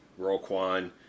Roquan